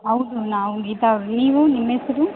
ಹೌದು ನಾವು ಗೀತಾ ಅವ್ರು ನೀವು ನಿಮ್ಮ ಹೆಸರು